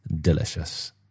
delicious